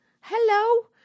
Hello